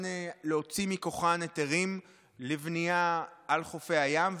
להוציא מכוחן היתרים לבנייה על חופי הים,